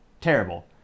terrible